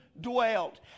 dwelt